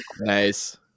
Nice